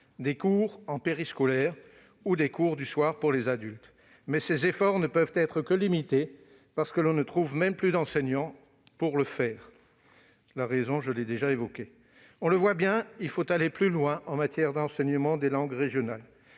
des cours en périscolaire ou des cours du soir pour les adultes. Mais ces efforts ne peuvent être que limités, parce que l'on ne trouve même plus d'enseignant, pour une raison que j'ai déjà évoquée. On le voit bien, il faut aller plus loin en matière d'enseignement des langues régionales.